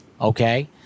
okay